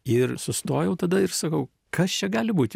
ir sustojau tada ir sakau kas čia gali būt